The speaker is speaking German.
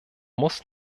muss